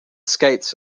skates